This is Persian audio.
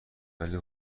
ولی